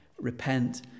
repent